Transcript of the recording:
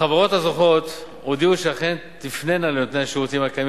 החברות הזוכות הודיעו שאכן תפנינה לנותני השירותים הקיימים